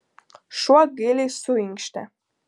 šuo gailiai suinkštė